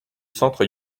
centre